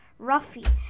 Ruffy